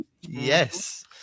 Yes